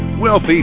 Wealthy